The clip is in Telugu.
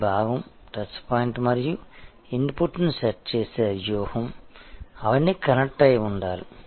ఈ భాగం టచ్ పాయింట్ మరియు ఇన్పుట్ను సెట్ చేసే వ్యూహం అవన్నీ కనెక్ట్ అయి ఉండాలి